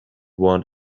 want